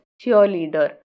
cheerleader